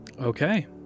Okay